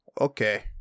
Okay